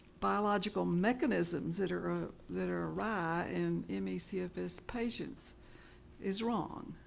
biological mechanisms that are ah that are awry in in me cfs patients is wrong.